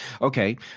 Okay